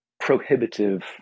Prohibitive